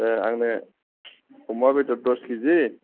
ए आंनो अमा बेदर दस किजि